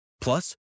Plus